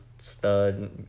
Stud